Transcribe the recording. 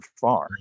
FAR